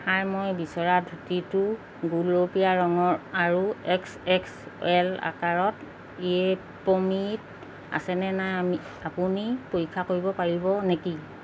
হাই মই বিচৰা ধুতিটো গোলপীয়া ৰঙৰ আৰু এক্স এক্স এল আকাৰত য়েপমিত আছেনে নাই আমি আপুনি পৰীক্ষা কৰিব পাৰিব নেকি